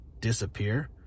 disappear